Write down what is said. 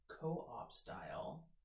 co-op-style